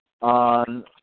on